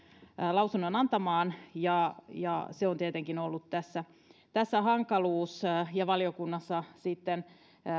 lausunnon antamaan ja ja se on tietenkin ollut tässä tässä hankaluus ja valiokunnassa sitten